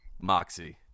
Moxie